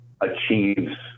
achieves